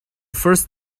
first